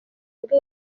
ubwe